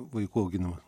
vaikų auginimas